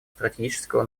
стратегического